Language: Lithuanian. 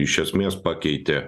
iš esmės pakeitė